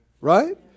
Right